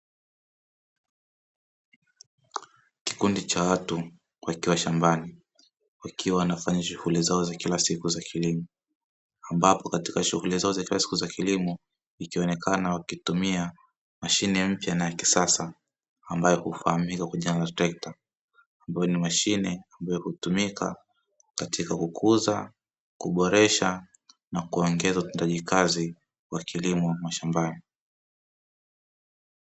Kikundi cha watu wakiwa shambani wakiwa wanafanya shughuli zao za kila siku za kilimo ambapo katika shughuli zao za kila siku za kilimo ikionekana wakitumia mashine mpya na ya kisasa ambayo hufahamika kwa jina la trekta, ambayo ni mashine ambayo hutumika katika kukuza, kuboresha na kuongeza utendaji kazi wa kilimo mashambani.